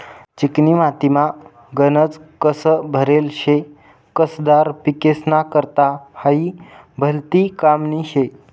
चिकनी मातीमा गनज कस भरेल शे, कसदार पिकेस्ना करता हायी भलती कामनी शे